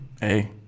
hey